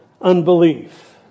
unbelief